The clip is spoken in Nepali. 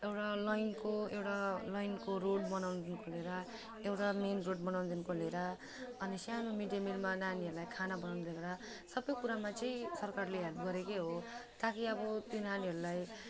एउटा लाइनको एउटा लाइनको रोड बनाउनुदेखिन्को लिएर एउटा मेन रोड बनाउनुदेखिन्को लिएर अनि सानो मिड डे मिलमा नानीहरूलाई खाना बनाउनु दिएर सबै कुरामा चाहिँ सरकारले हेल्प गरेकै हो ताकि अब त्यो नानीहरूलाई